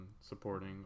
supporting